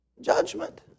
Judgment